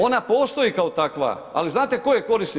Ona postoji kao takva, ali znate tko je korisnik?